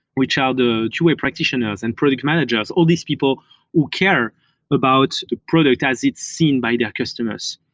which are the two-way practitioners and product managers. all these people who care about the product as it's seen by their customers,